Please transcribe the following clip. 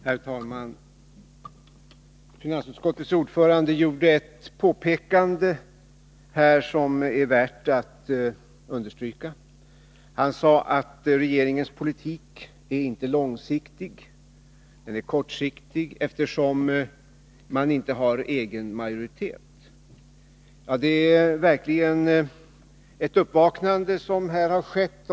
Herr talman! Finansutskottets ordförande gjorde ett påpekande som är värt att understryka. Han sade att regeringens politik inte är långsiktig utan kortsiktig, eftersom man inte har egen majoritet. Ja, det är verkligen ett uppvaknande som här har skett.